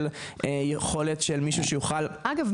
של יכולת של מישהו שיוכל --- אגב,